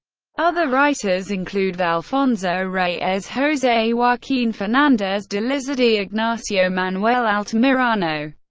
other writers include alfonso reyes, jose joaquin fernandez de lizardi, ignacio manuel altamirano,